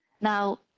Now